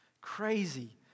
Crazy